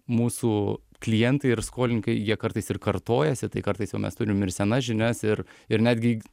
mūsų klientai ir skolininkai jie kartais ir kartojasi tai kartais jau mes turim ir senas žinias ir ir netgi